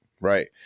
right